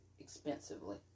expensively